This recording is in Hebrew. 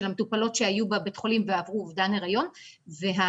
המטופלות שהיו בבית החולים ועברו אובדן היריון והאחות